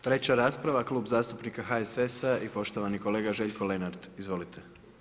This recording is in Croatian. Treća rasprava, Klub zastupnika HSS-a i poštovani kolega Željko Lenart, izvolite.